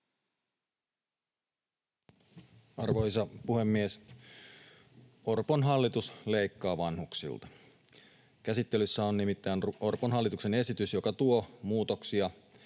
Arvoisa puhemies! Orpon hallitus leikkaa vanhuksilta. Käsittelyssä on nimittäin Orpon hallituksen esitys, joka tuo muutoksia,